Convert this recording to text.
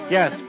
Yes